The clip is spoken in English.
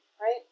right